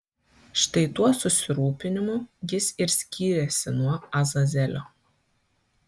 štai tuo susirūpinimu jis ir skyrėsi nuo azazelio